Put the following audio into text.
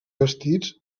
vestits